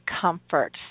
comfort